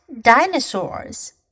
dinosaurs